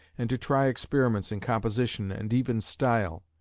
and to try experiments in composition and even style.